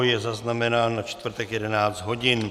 Je zaznamenán na čtvrtek 11 hodin.